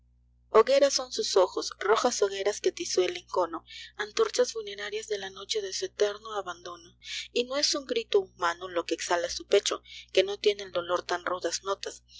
son sus ojos rojas hogueras que atizó el encono antorchas funerarias de la noche de su eterno abandono y no es un grito humano lo que exhala su pecho que no tiene el dolor tan rudas notases